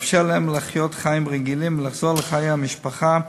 לאפשר להם לחיות חיים רגילים ולחזור לחיי משפחה